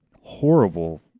horrible